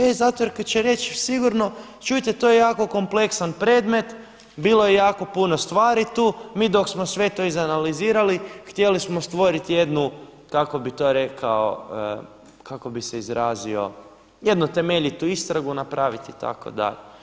E zato jer kaj će reći sigurno čujte to je jako kompleksan predmet, bilo je jako puno stvari tu, mi dok smo sve to izanalizirali htjeli smo stvoriti jednu, kako bih to rekao, kako bih se izrazio, jednu temeljitu istragu napraviti i tako da.